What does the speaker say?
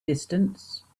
distance